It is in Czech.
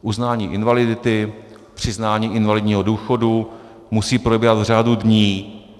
Uznání invalidity, přiznání invalidního důchodu, musí probíhat v řádu dní.